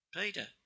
Peter